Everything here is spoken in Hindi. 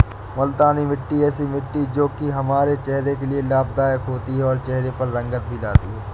मूलतानी मिट्टी ऐसी मिट्टी है जो की हमारे चेहरे के लिए लाभदायक होती है और चहरे पर रंगत भी लाती है